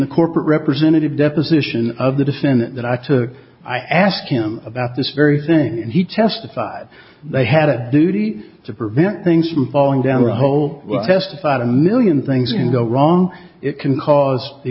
the corporate representative deposition of the defendant that i took i asked him about this very thing and he testified they had a duty to prevent things from falling down the hole testified a million things can go wrong it can cause the